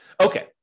Okay